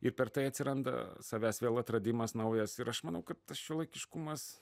ir per tai atsiranda savęs vėl atradimas naujas ir aš manau kad tas šiuolaikiškumas